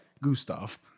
Gustav